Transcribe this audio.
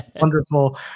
wonderful